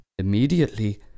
Immediately